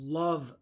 love